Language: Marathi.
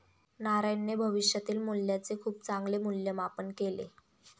नारायणने भविष्यातील मूल्याचे खूप चांगले मूल्यमापन केले